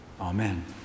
amen